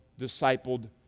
discipled